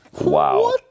Wow